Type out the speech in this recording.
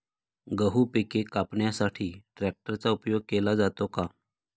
गहू पिके कापण्यासाठी ट्रॅक्टरचा उपयोग केला जातो का?